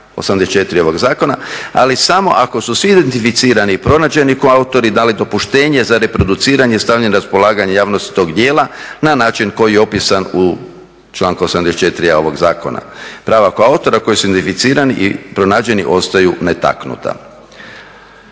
84. ovog zakona, ali samo ako su svi identificirani pronađeni koautori dali dopuštenje za reproduciranje i stavljanje na raspolaganje javnosti toga djela na način koji je opisan u članku 84.a ovog zakona. Prava koautora koji su identificirani i pronađeni ostaju netaknuta.